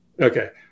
Okay